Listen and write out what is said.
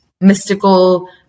mystical